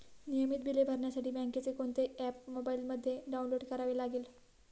नियमित बिले भरण्यासाठी बँकेचे कोणते ऍप मोबाइलमध्ये डाऊनलोड करावे लागेल?